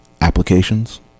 applications